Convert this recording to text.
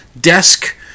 desk